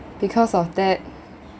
because of that